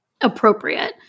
appropriate